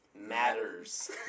matters